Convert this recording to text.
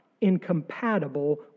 incompatible